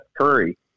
Curry